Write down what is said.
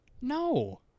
No